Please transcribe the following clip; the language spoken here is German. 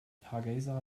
hargeysa